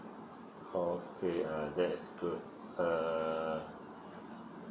okay uh that is good err